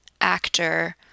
actor